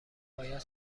باید